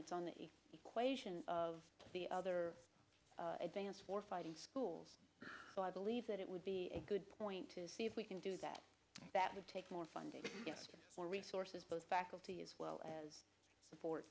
it's on the equation of the other advance for fighting schools so i believe that it would be a good point to see if we can do that that would take more funding more resources both faculty as well as